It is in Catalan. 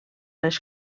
les